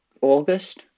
august